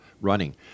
running